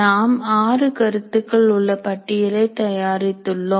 நாம் 6 கருத்துக்கள் உள்ள பட்டியலை தயாரித்துள்ளோம்